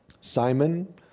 Simon